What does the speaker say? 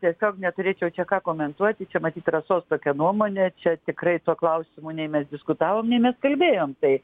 tiesiog neturėčiau čia ką komentuoti čia matyt rasos tokia nuomonė čia tikrai tuo klausimu nei mes diskutavom nei mes kalbėjom tai